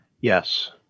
Yes